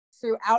throughout